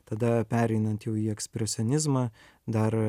tada pereinant jau į ekspresionizmą dar